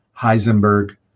Heisenberg